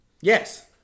Yes